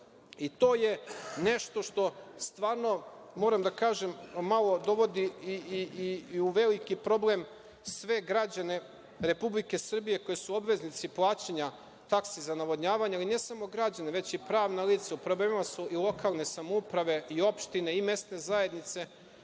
i to je nešto što stvarno, moram da kažem, malo dovodi i u veliki problem sve građane Republike Srbije koji su obveznici plaćanja taksi za navodnjavanje, ali ne samo građana već i pravna lica. U problemima su i lokalne samouprave i opštine i mesne zajednice,